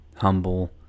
humble